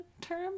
term